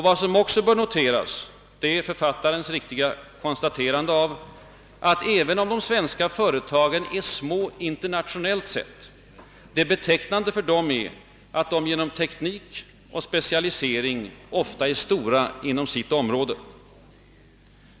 Vad som också bör noteras är författarens riktiga konstaterande av att, även om de svenska företagen är små internationellt sett, det är betecknande för dem att de genom teknik och specialisering ofta är stora inom sitt område.